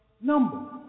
number